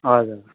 हजुर